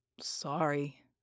Sorry